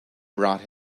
brought